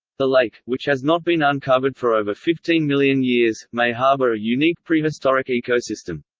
the lake, which has not been uncovered for over fifteen million years, may harbour a unique prehistoric ecosystem.